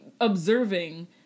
observing